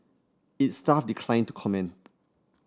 its staff declined to comment